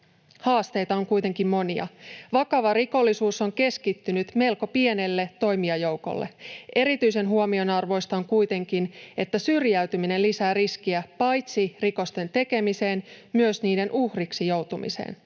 Haasteita on kuitenkin monia. Vakava rikollisuus on keskittynyt melko pienelle toimijajoukolle. Erityisen huomionarvoista kuitenkin on, että syrjäytyminen lisää riskiä paitsi rikosten tekemiseen myös niiden uhriksi joutumiseen.